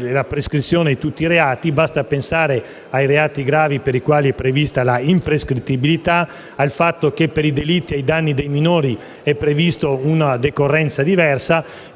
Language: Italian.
di prescrizione di tutti i reati. Basti pensare ai reati gravi, per i quali è prevista l'imprescrittibilità, e al fatto che per i delitti ai danni dei minori è prevista una decorrenza diversa.